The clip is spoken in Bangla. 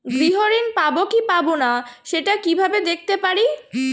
গৃহ ঋণ পাবো কি পাবো না সেটা কিভাবে দেখতে পারি?